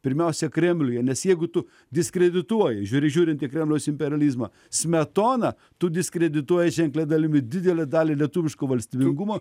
pirmiausia kremliuje nes jeigu tu diskredituoji žiuri žiūrint į kremliaus imperializmą smetoną tu diskredituoji ženklia dalimi didele dali lietuviško valstybingumo